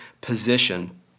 position